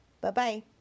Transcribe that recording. bye-bye